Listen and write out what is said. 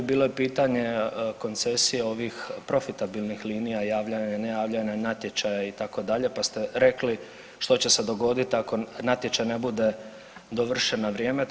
Bilo je pitanje koncesije ovih profitabilnih linija javljanja, nejavljanja na natječaje itd. pa ste rekli što će se dogoditi ako natječaj ne bude dovršen na vrijeme.